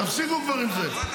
תפסיקו כבר עם זה.